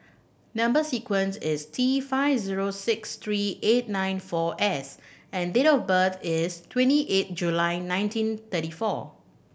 number sequence is T five zero six three eight nine four S and date of birth is twenty eight July nineteen thirty four